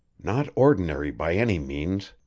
not ordinary, by any means.